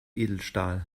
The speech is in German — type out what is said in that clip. edelstahl